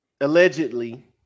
allegedly